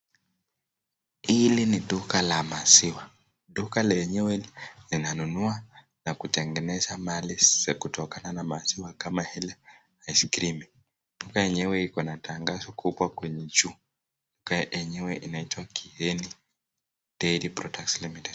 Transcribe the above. Hili ni duka la maziwa. Duka lenyewe linanunua na kutengeneza mali za kutokana na maziwa kama hili aiskrimi. Duka enyewe iko na tangazo kubwa kwenye juu. Duka enyewe inaitwa Kigeni Dairy Products Limited.